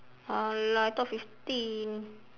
!alah! I thought fifteen